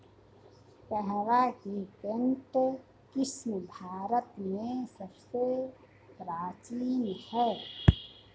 कहवा की केंट किस्म भारत में सबसे प्राचीन है